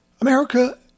America